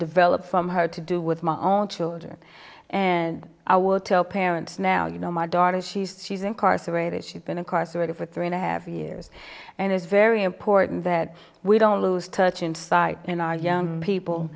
develop from her to do with my own children and i would tell parents now you know my daughter she's she's incarcerated she's been incarcerated for three and a half years and it's very important that we don't lose touch inside in our young